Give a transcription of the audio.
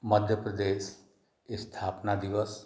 मध्य प्रदेश स्थापना दिवस